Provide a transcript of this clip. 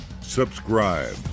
subscribe